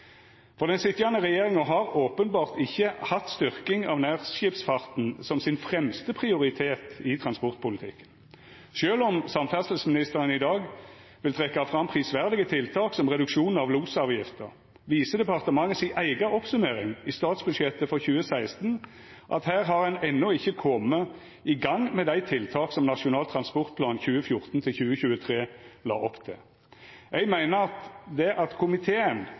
Den sitjande regjeringa har openbert ikkje hatt styrking av nærskipsfarten som fremste prioritet i transportpolitikken. Sjølv om samferdselsministeren i dag vil trekkja fram prisverdige tiltak som reduksjon av losavgifta, viser departementet si eiga oppsummering i statsbudsjettet for 2016 at her har ein enno ikkje kome i gang med tiltaka Nasjonal transportplan 2014–2023 la opp til. Eg meiner at det at komiteen som ledd i handsaminga av saka hadde eiga høyring, har vore temmeleg avgjerande for at komiteen